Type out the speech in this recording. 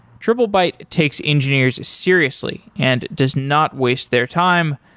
triplebyte takes engineers seriously and does not waste their time,